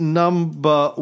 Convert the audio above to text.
number